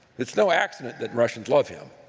it's no accident that russians love him.